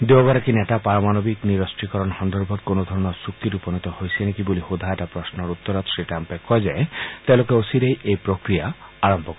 দুয়োগৰাকী নেতা পাৰমাণৱিক নিৰক্ত্ৰীকৰণ সন্দৰ্ভত কোনো ধৰণৰ চুক্তিত উপনীত হৈছে নেকি বুলি সোধা এটা প্ৰশ্নৰ উত্তৰত শ্ৰীট্টাম্পে কয় যে তেওঁলোকে অচিৰেই এই প্ৰক্ৰিয়া আৰম্ভ কৰিব